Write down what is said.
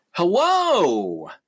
Hello